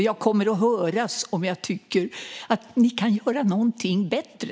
Jag kommer att höras om jag tycker att ni kan göra någonting bättre!